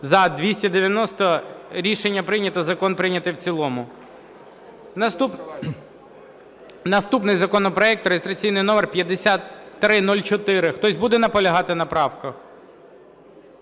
За-290 Рішення прийнято. Закон прийнятий в цілому. Наступний законопроект (реєстраційний номер 5304). Хтось буде наполягати на правках?